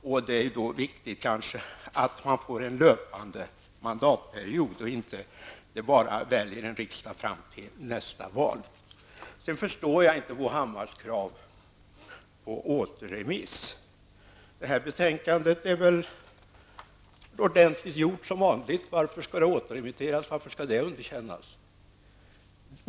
Då är det enligt min mening betydelsefullt med en löpande mandatperiod, så att inte den riksdag som väljs bara sitter fram till nästa ordinarie val. Jag förstår inte Bo Hammars krav på återremiss. Detta betänkande är väl som vanligt ordentligt gjort? Varför skall det underkännas och återremitteras?